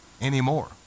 anymore